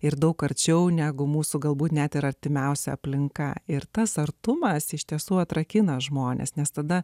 ir daug arčiau negu mūsų galbūt net ir artimiausia aplinka ir tas artumas iš tiesų atrakina žmones nes tada